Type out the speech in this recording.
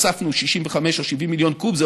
הוספנו 65 או 70 מיליון קוב.